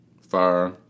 fire